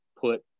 put